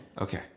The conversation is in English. Okay